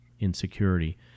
insecurity